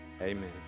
Amen